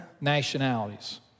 nationalities